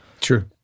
true